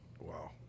Wow